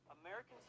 americans